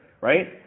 Right